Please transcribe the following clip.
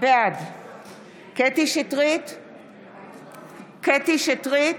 בעד קטי קטרין שטרית,